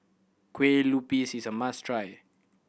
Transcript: Kueh Lupis is a must try